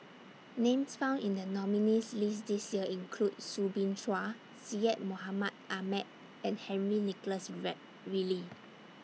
Names found in The nominees' list This Year include Soo Bin Chua Syed Mohamed Ahmed and Henry Nicholas Ridley